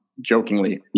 jokingly